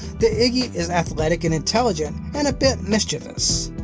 the iggy is athletic and intelligent and a bit mischievous.